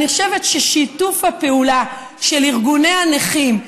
אני חושבת ששיתוף הפעולה של ארגוני הנכים,